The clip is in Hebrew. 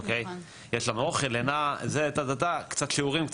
יש לנו אוכל ,לינה קצת שיעורים,